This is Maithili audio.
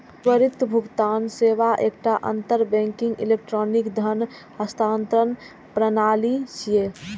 त्वरित भुगतान सेवा एकटा अंतर बैंकिंग इलेक्ट्रॉनिक धन हस्तांतरण प्रणाली छियै